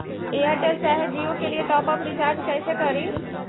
Airtel चाहे जियो के लिए टॉप अप रिचार्ज़ कैसे करी?